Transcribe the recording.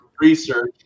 research